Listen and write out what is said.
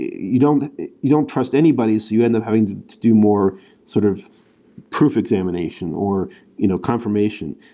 you don't you don't trust anybody, so you end up having to do more sort of proof examination or you know confirmation.